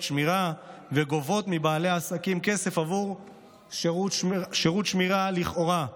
שמירה וגובים מבעלי העסקים כסף עבור שירות שמירה לכאורה,